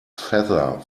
feather